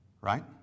Right